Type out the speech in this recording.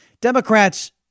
Democrats